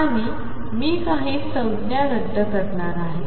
आणि मी काही संज्ञा रद्द करणार आहे